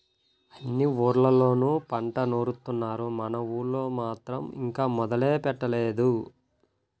అన్ని ఊర్లళ్ళోనూ పంట నూరుత్తున్నారు, మన ఊళ్ళో మాత్రం ఇంకా మొదలే పెట్టలేదు